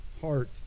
heart